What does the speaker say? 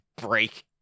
break